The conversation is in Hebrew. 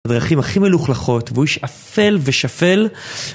הדרכים הכי מלוכלכות, והוא איש אפל ושפל